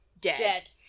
dead